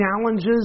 challenges